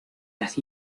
las